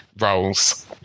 roles